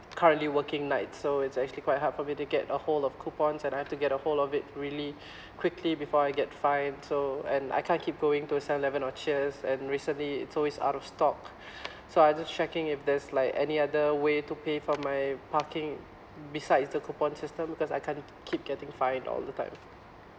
currently working nights so it's actually quite hard for me to get a hold of coupons and I have to get a hold of it really quickly before I get fine so and I can't keep going to seven eleven or cheers and recently it's always out of stock so I'm just checking if there's like any other way to pay for my parking besides the coupon system because I can't keep getting fine all the time